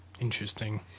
interesting